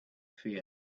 fear